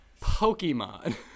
Pokemon